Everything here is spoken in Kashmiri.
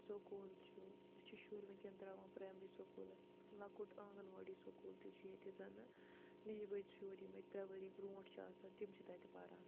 سکوٗل چھُ أسۍ چھِ شُرۍ وُنٛکیٚن ترٛاوان پرٛایمری سکوٗلَس لۄکُٹ آنٛگَن واڑی سکوٗل تہِ چھُ ییٚتہِ زَنہٕ شُرۍ یِم ییٚتہِ ترٛےٚ ؤری برٛونٛٹھ چھِ آسان تِم چھِ تَتہِ پَران